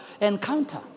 encounter